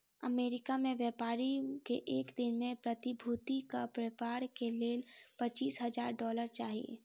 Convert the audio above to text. America में व्यापारी के एक दिन में प्रतिभूतिक व्यापार के लेल पचीस हजार डॉलर चाही